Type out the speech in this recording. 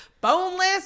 Boneless